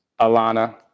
Alana